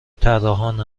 طراحان